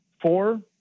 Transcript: four